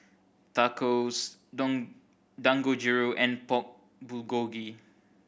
Tacos Dangojiru and Pork Bulgogi